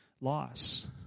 loss